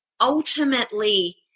ultimately